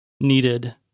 needed